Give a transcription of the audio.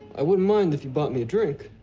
i wouldn't mind if you bought me a drink.